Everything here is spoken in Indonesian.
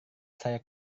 saya